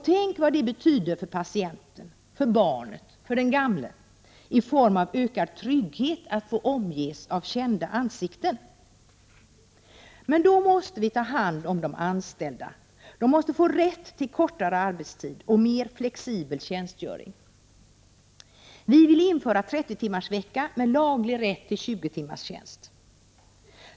Tänk vad det betyder för patienten, för barnet och för den gamla, i form av ökad trygghet, att få omges av kända ansikten. Men då måste vi ta hand om de anställda. De måste få rätt till kortare arbetstid och mer flexibel tjänstgöring. Vi vill införa 30-timmarsvecka med laglig rätt till 20-timmarstjänst.